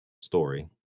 story